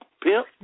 Pimp